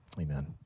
amen